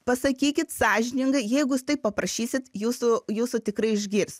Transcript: pasakykit sąžiningai jeigu jūs taip paprašysit jūsų jūsų tikrai išgirs